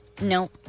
No